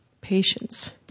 patience